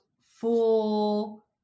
full